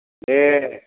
दे